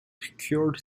procured